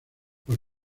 los